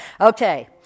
Okay